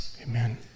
Amen